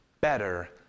better